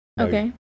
Okay